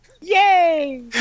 Yay